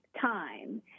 time